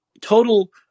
total